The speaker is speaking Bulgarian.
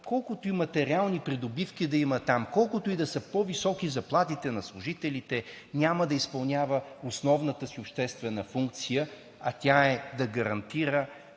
колкото и материални придобивки да има там, колкото и да са по-високи заплатите на служителите, няма да изпълнява основната си обществена функция, а тя е да гарантира,